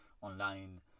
online